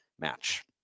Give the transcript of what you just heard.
match